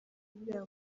buriya